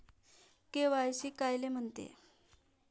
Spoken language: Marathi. के.वाय.सी कायले म्हनते?